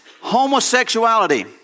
homosexuality